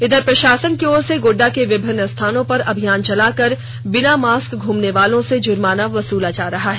इधर प्रशासन की ओर से गोड्डा के विभिन्न स्थानों पर अभियान चलाकर बिना मास्क घूमने वालों से जुर्माना वसूला जा रहा है